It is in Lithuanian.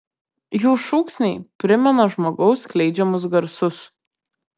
jų šūksniai primena žmogaus skleidžiamus garsus